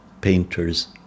painters